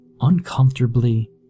uncomfortably